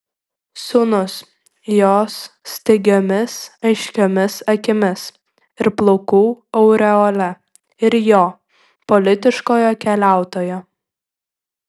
sūnus jos staigiomis aiškiomis akimis ir plaukų aureole ir jo politiškojo keliautojo